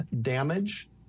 damage